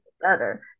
better